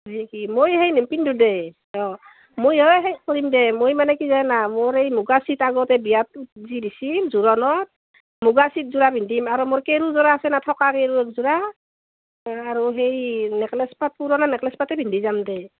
হয় নেকি মই হেৰি নিপিন্ধোঁ দে অঁ মই ঐ সেই কৰিম দে মই মানে কি জানা মোৰ এই মুগাৰ ছেট আগতে বিয়াত উঠিছিল যে দিছিল জোৰোণত মুগাৰ ছেটযোৰা পিন্ধিম আৰু মোৰ কেৰুযোৰা আছে না থকা কেৰু একযোৰা আৰু সেই নেকলেচপাত পুৰণা নেকলেচপাতে পিন্ধি যাম দে